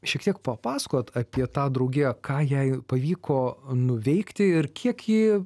šiek tiek papasakot apie tą draugiją ką jai pavyko nuveikti ir kiek ji